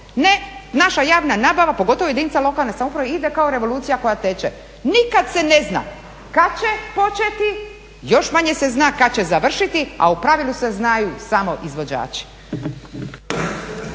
Ne naša javna nabava pogotovo jedinica lokalne samouprave ide kao revolucija koja teče. Nikad se ne zna kad će početi. Još manje se zna kad će završiti, a u pravilu se znaju samo izvođači.